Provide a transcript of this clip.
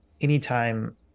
anytime